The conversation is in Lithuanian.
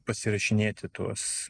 pasirašinėti tuos